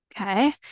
Okay